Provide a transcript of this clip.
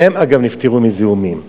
שניהם, אגב, נפטרו מזיהומים.